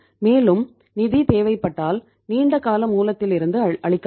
மேலும் நிதி தேவைப்பட்டால் நீண்டகால மூலத்திலிருந்து அளிக்கப்படும்